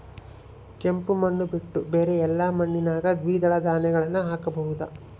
ಕೆಂಪು ಮಣ್ಣು ಬಿಟ್ಟು ಬೇರೆ ಎಲ್ಲಾ ಮಣ್ಣಿನಾಗ ದ್ವಿದಳ ಧಾನ್ಯಗಳನ್ನ ಹಾಕಬಹುದಾ?